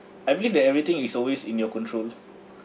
I believe that everything is always in your control